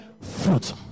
fruit